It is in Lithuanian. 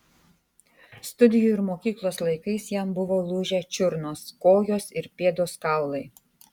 studijų ir mokyklos laikais jam buvo lūžę čiurnos kojos ir pėdos kaulai